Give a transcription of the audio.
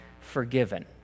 forgiven